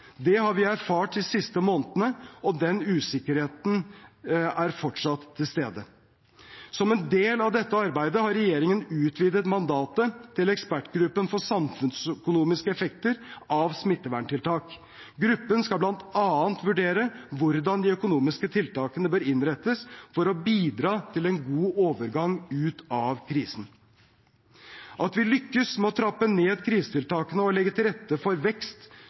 Det har vi erfart de siste månedene, og den usikkerheten er fortsatt til stede. Som en del av dette arbeidet har regjeringen utvidet mandatet til ekspertgruppen for samfunnsøkonomiske effekter av smitteverntiltak. Gruppen skal bl.a. vurdere hvordan de økonomiske tiltakene bør innrettes for å bidra til en god overgang ut av krisen. At vi lykkes med å trappe ned krisetiltakene og legge til rette for vekst